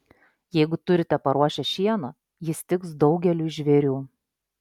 jeigu turite paruošę šieno jis tiks daugeliui žvėrių